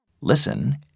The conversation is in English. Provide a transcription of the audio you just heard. listen